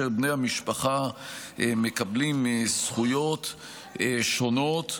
בני המשפחה מקבלים זכויות שונות,